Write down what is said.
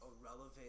irrelevant